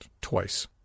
twice